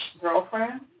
girlfriend